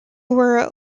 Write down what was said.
were